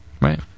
Right